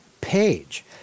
page